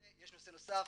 ויש נושא נוסף